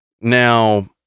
Now